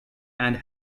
and